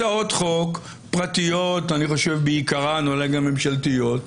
הצעות חוק פרטיות בעיקרן, ואולי גם ממשלתיות,